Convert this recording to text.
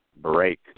break